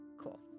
Cool